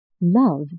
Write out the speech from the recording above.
love